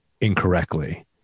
incorrectly